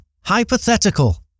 Hypothetical